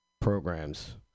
programs